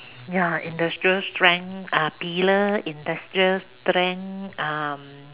ya industrial strength uh pillar industrial strength um